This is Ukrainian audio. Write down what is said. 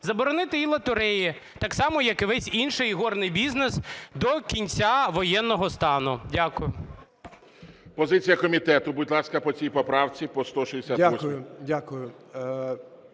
заборонити і лотереї так само, як і весь інший ігорний бізнес до кінця воєнного стану. Дякую.